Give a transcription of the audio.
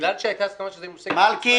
בגלל שהיתה הסכמה שזה ימוסה כקצבה